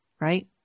right